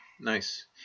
Nice